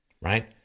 Right